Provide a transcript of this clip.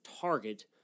target